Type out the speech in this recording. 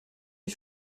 ich